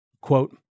Quote